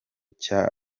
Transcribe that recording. cya